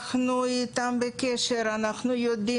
אנחנו בקשר איתם, אנחנו יודעים.